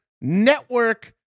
network